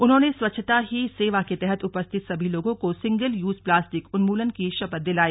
उन्होंने स्वच्छता ही सेवा के तहत उपस्थित सभी लोगों को सिंगल यूज प्लास्टिक उन्मूलन की शपथ दिलाई